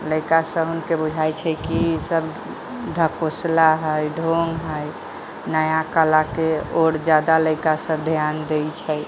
लैड़का सबहन के बुझाइ छै की ईसब ढकोसला है ढोंग है नया कला के ओर जादा लैड़का सब ध्यान दै छै